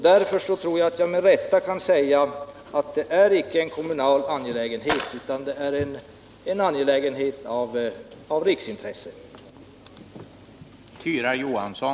Därför tror jag att jag med rätta kan säga att uppförandet av ett monument över offren för Ådalenhändelserna inte bara är en kommunal angelägenhet utan också en riksangelägenhet.